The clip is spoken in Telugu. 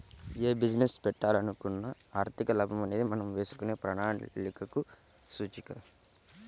యే బిజినెస్ పెట్టాలనుకున్నా ఆర్థిక లాభం అనేది మనం వేసుకునే ప్రణాళికలకు సూచిక